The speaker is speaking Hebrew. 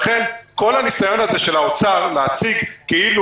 לכן כל הניסיון הזה של האוצר להציג כאילו